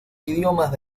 idiomas